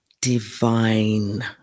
divine